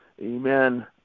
Amen